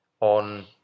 on